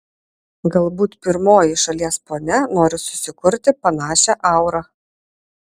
galbūt pirmoji šalies ponia nori susikurti panašią aurą